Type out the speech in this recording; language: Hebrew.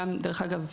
דרך אגב,